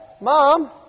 Mom